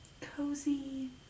cozy